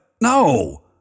No